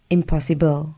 Impossible